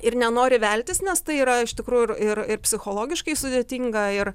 ir nenori veltis nes tai yra iš tikrųjų ir ir ir psichologiškai sudėtinga ir